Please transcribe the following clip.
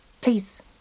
Please